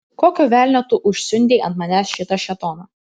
kokio velnio tu užsiundei ant manęs šitą šėtoną